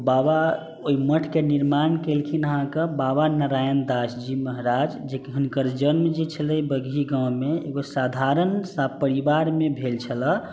बाबा ओहि मठके निर्माण केलखिन हँ अहाँके बाबा नारायण दास जी महाराज जे कि हुनकर जे जन्म जे छलै बगीही गाँवमे एगो साधारण सा परिवारमे भेल छल